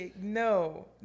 No